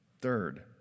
Third